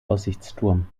aussichtsturm